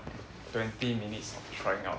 twenty minutes of trying out